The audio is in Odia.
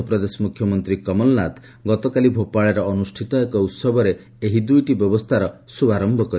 ମଧ୍ୟପ୍ରଦେଶ ମୁଖ୍ୟମନ୍ତ୍ରୀ କମଳ ନାଥ ଗତକାଲି ଭୋପାଳରେ ଅନୁଷ୍ଠିତ ଏକ ଉସବରେ ଏହି ଦୁଇଟି ବ୍ୟବସ୍ଥାର ଶୁଭାରମ୍ଭ କରିଛନ୍ତି